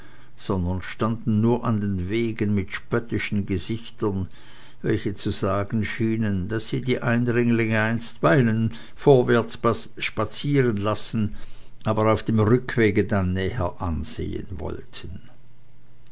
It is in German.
sondern standen nur an den wegen mit spöttischen gesichtern welche zu sagen schienen daß sie die eindringlinge einstweilen vorwärts spazieren lassen aber auf dem rückwege dann näher ansehen wollten